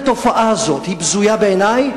התופעה הזאת היא בזויה בעיני,